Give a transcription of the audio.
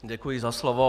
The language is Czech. Děkuji za slovo.